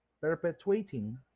perpetuating